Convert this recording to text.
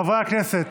חברי הכנסת,